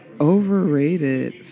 Overrated